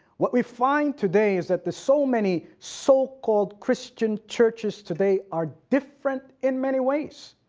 what we find today is that the so many so called christian churches today, are different in many ways.